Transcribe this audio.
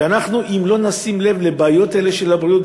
ואם לא נשים לב לבעיות האלה של הבריאות,